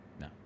No